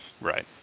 Right